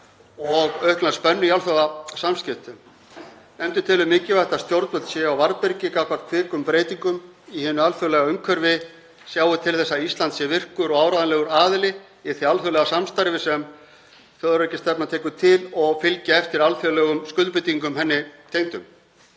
og aukna spennu í alþjóðasamskiptum. Nefndin telur mikilvægt að stjórnvöld séu á varðbergi gagnvart kvikum breytingum í hinu alþjóðlega umhverfi, sjái til þess að Ísland sé virkur og áreiðanlegur aðili í því alþjóðlega samstarfi sem þjóðaröryggisstefnan tekur til og fylgi eftir alþjóðlegum skuldbindingum henni tengdum.